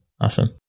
Awesome